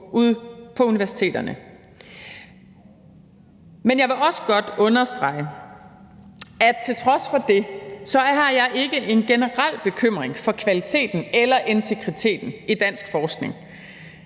på. Kl. 12:23 Men jeg vil også godt understrege, at til trods for det har jeg ikke en generel bekymring for kvaliteten eller integriteten i dansk forskning.